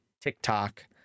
TikTok